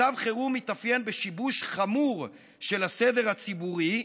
מצב חירום מתאפיין בשיבוש חמור של הסדר הציבורי,